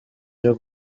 byo